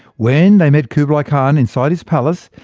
when they met kublai khan inside his palace,